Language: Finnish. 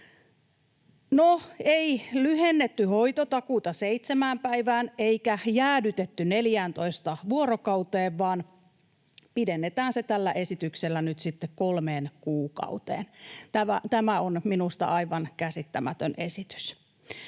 ei lyhennetty hoitotakuuta seitsemään päivään eikä jäädytetty 14 vuorokauteen, vaan pidennetään se tällä esityksellä nyt sitten kolmeen kuukauteen. Tämä on minusta aivan käsittämätön esitys.